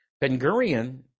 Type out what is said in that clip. Ben-Gurion